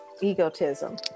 egotism